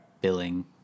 billing